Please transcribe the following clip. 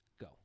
Go